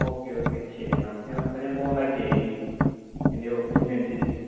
okay okay ശരിയെന്നാൽ അപ്പോൾ ഞാൻ കോൺടാക്ട് ചെയ്യാം ഇനി എൻ്റെ ഇതിനനുസരിച്ചു